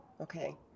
Okay